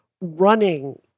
running